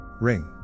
Ring